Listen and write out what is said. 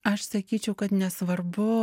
aš sakyčiau kad nesvarbu